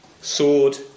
Sword